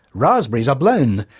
raspberries are blown,